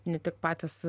ne tik patys